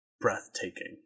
breathtaking